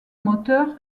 moteur